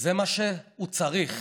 זה מה שהוא צריך.